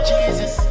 Jesus